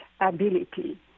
ability